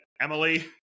Emily